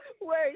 wait